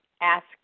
ask